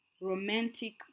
romantic